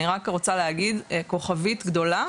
אני רק רוצה להגיד בכוכבית גדולה